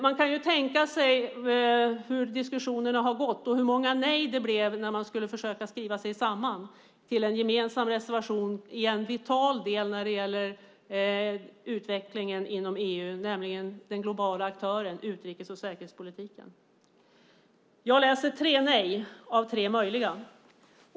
Man kan föreställa sig hur diskussionerna gick och hur många nej det blev när oppositionen skulle försöka skriva sig samman i en gemensam reservation gällande en vital del i utvecklingen av EU, nämligen den globala aktören utrikes och säkerhetspolitiken. Jag läser tre nej av tre möjliga.